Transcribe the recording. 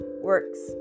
works